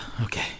Okay